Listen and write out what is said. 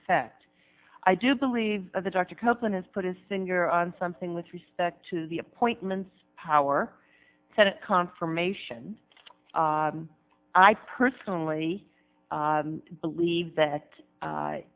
effect i do believe the dr copeland has put his finger on something with respect to the appointments power senate confirmation i personally believe that